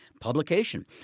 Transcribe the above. publication